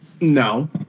No